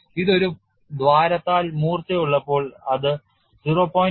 ഇത് ഒരു ദ്വാരത്താൽ മൂർച്ചയുള്ളപ്പോൾ അത് 0